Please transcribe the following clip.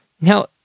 Now